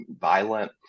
violent